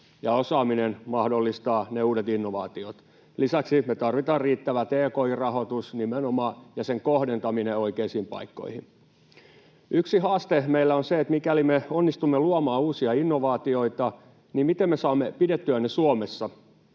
ja osaaminen mahdollistaa ne uudet innovaatiot. Lisäksi me tarvitaan nimenomaan riittävä tki-rahoitus ja sen kohdentaminen oikeisiin paikkoihin. Yksi haaste meillä on se, että mikäli me onnistumme luomaan uusia innovaatioita, niin miten me saamme pidettyä ne Suomessa,